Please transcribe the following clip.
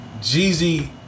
Jeezy